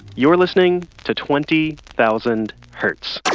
you're listening to twenty thousand hertz